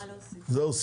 זהו?